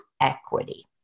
equity